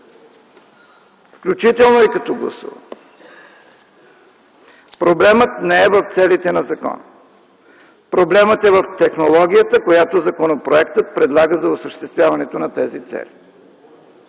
включително и като гласувахме. Проблемът не е в целите на закона, проблемът е в технологията, която законопроектът предлага за осъществяването на тези цели.